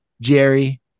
Jerry